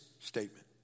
statement